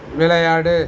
விளையாடு